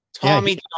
Tommy